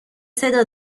صدا